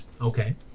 okay